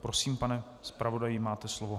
Prosím, pane zpravodaji, máte slovo.